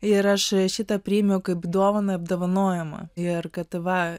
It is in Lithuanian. ir aš šitą priėmiau kaip dovaną apdovanojimą ir kad va